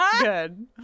good